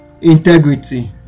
integrity